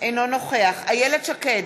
אינו נוכח איילת שקד,